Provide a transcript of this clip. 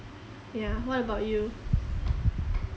yeah what about you